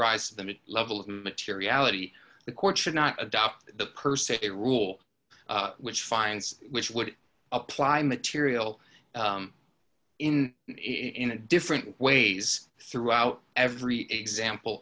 rise to that level of materiality the court should not adopt the per se rule which finds which would apply material in in a different ways throughout every example